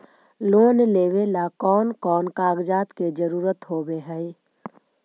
Loan लेबे ला कौन कौन कागजात के जरुरत होबे है?